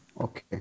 okay